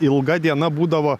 ilga diena būdavo